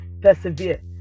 Persevere